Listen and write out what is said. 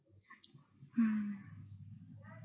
hmm